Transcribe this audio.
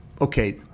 okay